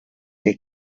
que